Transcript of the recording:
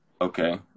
Okay